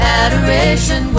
adoration